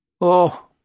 Oh